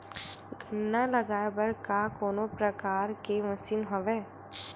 गन्ना लगाये बर का कोनो प्रकार के मशीन हवय?